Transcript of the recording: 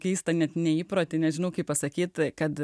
keista net ne įprotį nežinau kaip pasakyt kad